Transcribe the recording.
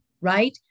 right